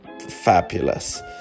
Fabulous